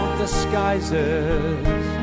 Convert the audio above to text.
disguises